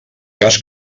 cas